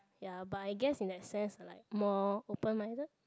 ya but I guess in that sense I like more open minded